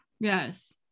Yes